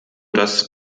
das